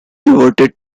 reverted